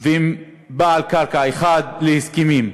ועם בעל קרקע אחד להסכמים,